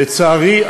לצערי,